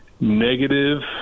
negative